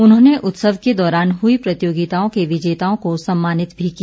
उन्होंने उत्सव के दौरान हुई प्रतियोगिताओं के विजेताओं को सम्मानित भी किया